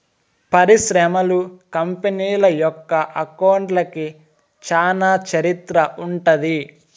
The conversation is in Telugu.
పరిశ్రమలు, కంపెనీల యొక్క అకౌంట్లకి చానా చరిత్ర ఉంటది